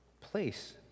place